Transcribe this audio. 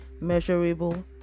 measurable